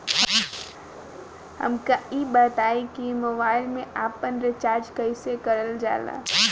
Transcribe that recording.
हमका ई बताई कि मोबाईल में आपन रिचार्ज कईसे करल जाला?